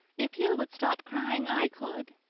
if you would stop crying i could,